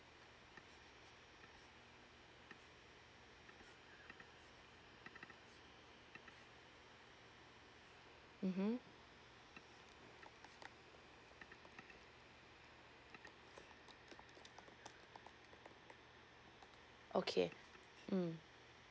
mmhmm okay mm